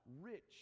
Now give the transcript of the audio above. rich